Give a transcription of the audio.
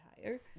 higher